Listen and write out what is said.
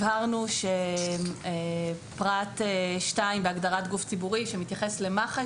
הבהרנו שפרט 2 בהגדרת גוף ציבורי שמתייחס למח"ש,